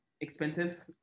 expensive